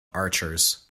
archers